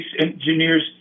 engineers